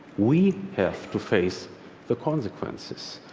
we have to face the consequences,